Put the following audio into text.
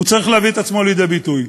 הוא צריך להביא את עצמו לידי ביטוי.